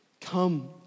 Come